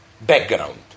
background